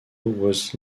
was